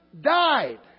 died